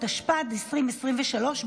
התשפ"ד 2023,